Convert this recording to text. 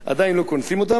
עדיין יש להם עבודה,